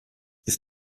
ist